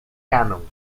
canon